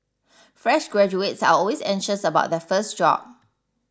fresh graduates are always anxious about their first job